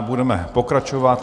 Budeme pokračovat.